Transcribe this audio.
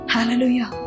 Hallelujah